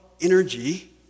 energy